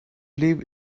leave